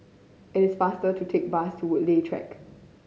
it is faster to take bus to Woodleigh Track